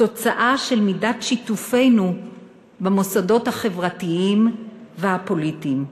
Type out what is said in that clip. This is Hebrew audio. תוצאה של מידת שיתופנו במוסדות החברתיים והפוליטיים,